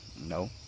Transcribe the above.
No